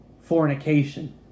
fornication